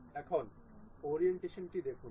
এখন ওরিয়েন্টেশনটি দেখুন